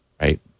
Right